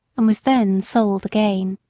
and was then sold again.